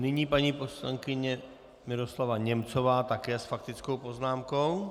Nyní paní poslankyně Miroslava Němcová také s faktickou poznámkou.